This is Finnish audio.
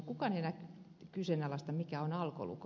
kukaan ei enää kyseenalaista mikä on alkolukko